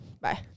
Bye